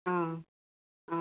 অঁ অঁ